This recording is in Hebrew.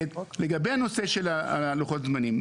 לגבי הנושא של הלוחות זמנים,